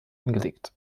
angelegt